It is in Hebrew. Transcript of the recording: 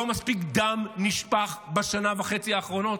לא מספיק דם נשפך בשנה וחצי האחרונות?